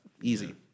Easy